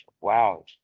Wow